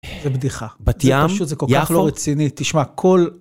זה בדיחה, פשוט זה כל כך לא רציני, תשמע, כל...